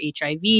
HIV